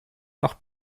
noch